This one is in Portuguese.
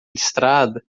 listrada